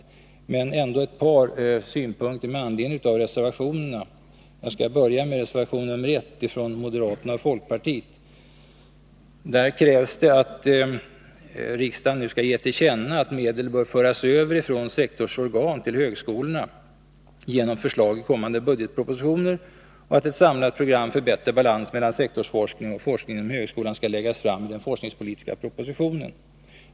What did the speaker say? Ett par synpunkter vill jag ändå anföra med anledning av reservationerna, och jag skall börja med reservation 1 från moderaterna och folkpartiet. Där krävs det att riksdagen nu skall ge till känna att medel bör föras över från sektorsorganen till högskolorna genom förslag i kommande budgetpropositioner och att ett samlat program för bättre balans mellan sektorsforskning och forskning inom högskolan skall läggas fram i den forskningspolitiska propositionen.